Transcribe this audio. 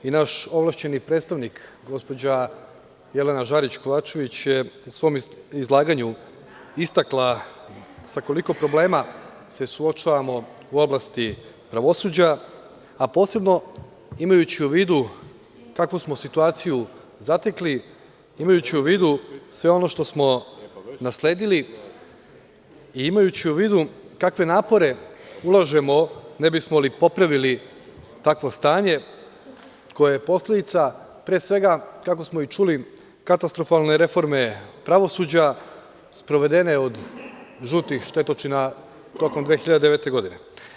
Naš ovlašćeni predstavnik, gospođa Jelena Žarić Kovačević, je u svom izlaganju istakla sa koliko problema se suočavamo u oblasti pravosuđa, a posebno imajući u vidu kakvu smo situaciju zatekli, imajući u vidu sve ono što smo nasledili, imajući u vidu kakve napore ulažemo ne bismo li popravili takvo stanje koje je posledica, pre svega, kako smo čuli, katastrofalne reforme pravosuđa sprovedene od žutih štetočina tokom 2009. godine.